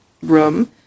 room